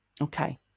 Okay